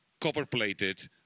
copper-plated